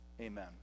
Amen